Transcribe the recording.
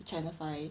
channel five